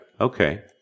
Okay